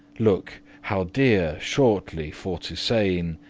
looke how deare, shortly for to sayn,